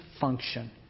function